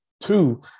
Two